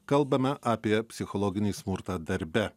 kalbame apie psichologinį smurtą darbe